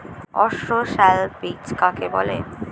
অসস্যল বীজ কাকে বলে?